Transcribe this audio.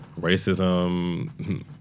racism